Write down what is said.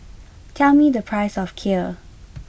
tell me the price of Kheer